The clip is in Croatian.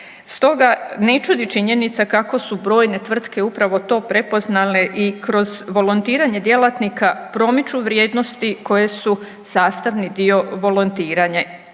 Stoga ne čudi činjenica kako su brojne tvrtke upravo to prepoznale i kroz volontiranje djelatnika promiču vrijednosti koje su sastavni dio volontiranja.